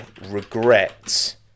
regrets